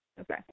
Okay